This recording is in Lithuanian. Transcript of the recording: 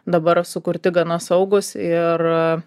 dabar sukurti gana saugūs ir